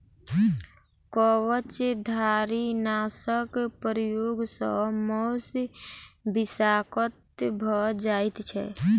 कवचधारीनाशक प्रयोग सॅ मौस विषाक्त भ जाइत छै